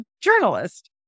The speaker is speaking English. journalist